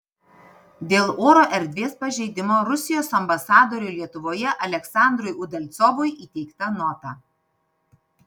dėl oro erdvės pažeidimo rusijos ambasadoriui lietuvoje aleksandrui udalcovui įteikta nota